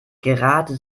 gerade